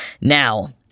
Now